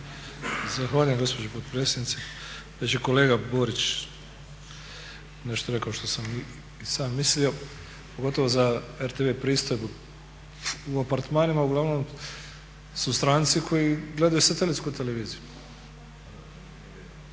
Zahvaljujem gospođo potpredsjednice. Već je kolega Borić rekao nešto što sam i sam mislio pogotovo za RTV pristojbu. U apartmanima uglavnom su stranci koji gledaju satelitsku televiziju,